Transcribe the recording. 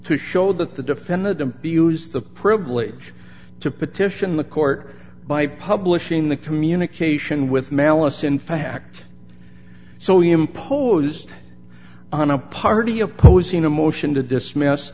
to show that the defendant to be used the privilege to petition the court by publishing the communication with malice in fact so he imposed on a party opposing a motion to dismiss